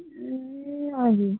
ए हजुर